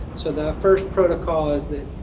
so the first protocol is that,